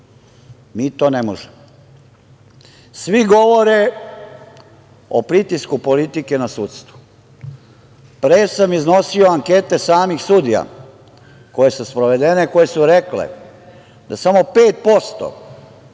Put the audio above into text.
Mi to ne možemo. Svi govore o pritisku politike na sudstvo. Pre sam iznosio ankete samih sudija koje su sprovedene, koje su rekle da samo 5%